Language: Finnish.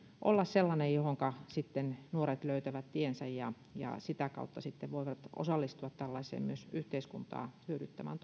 olla sellainen johonka sitten nuoret löytävät tiensä ja ja sitä kautta sitten voivat osallistua tällaiseen myös yhteiskuntaa hyödyttävään